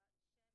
העבודה.